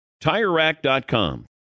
TireRack.com